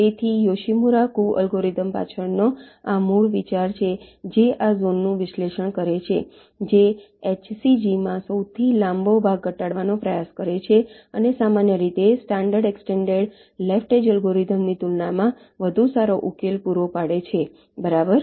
તેથી Yoshimura Kuh algorithm પાછળનો આ મૂળ વિચાર છે જે આ ઝોનનું વિશ્લેષણ કરે છે જે HCGમાં સૌથી લાંબો ભાગ ઘટાડવાનો પ્રયાસ કરે છે અને સામાન્ય રીતે સ્ટાન્ડર્ડ એક્સટેન્ડેડ લેફ્ટ એજ અલ્ગોરિધમની તુલનામાં વધુ સારો ઉકેલ પૂરો પાડે છે બરાબર